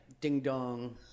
ding-dong